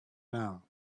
now